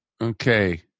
Okay